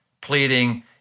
pleading